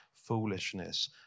foolishness